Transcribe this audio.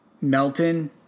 Melton